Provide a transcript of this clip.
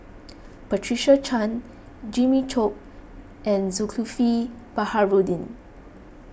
Patricia Chan Jimmy Chok and Zulkifli Baharudin